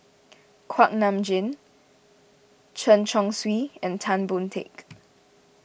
Kuak Nam Jin Chen Chong Swee and Tan Boon Teik